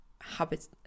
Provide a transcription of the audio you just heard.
habit